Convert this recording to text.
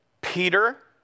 Peter